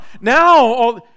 Now